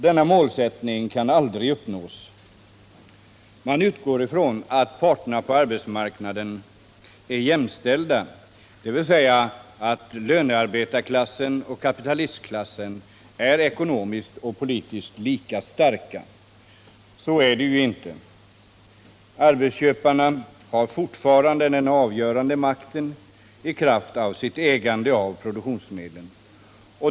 Denna målsättning kan aldrig uppnås. Man utgår från att parterna på arbetsmarknaden är jämställda — dvs. att lönearbetarklassen och kapitalistklassen är ekonomiskt och politiskt lika starka. Så är det inte. Arbetsköparna har fortfarande den avgörande makten i kraft av sitt ägande av produktionsmedlen.